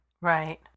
Right